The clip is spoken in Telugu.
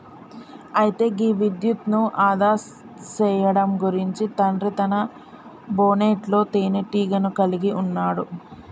అయితే గీ విద్యుత్ను ఆదా సేయడం గురించి తండ్రి తన బోనెట్లో తీనేటీగను కలిగి ఉన్నాడు